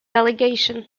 allegation